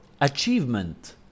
achievement